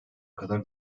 kadar